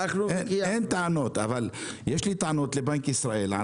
אין לי טענות אבל יש לי טענות לבנק ישראל על